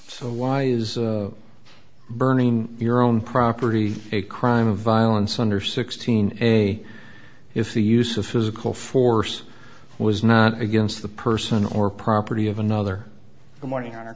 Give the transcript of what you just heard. so why is burning your own property a crime of violence under sixteen a if the use of physical force was not against the person or property of another the morning o